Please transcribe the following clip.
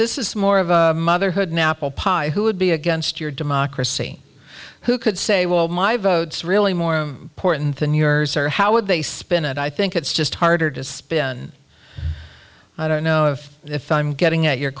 this is more of a motherhood now apple pie who would be against your democracy who could say well my votes really more important than yours or how would they spin it i think it's just harder to spin and i don't know if if i'm getting at your